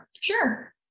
Sure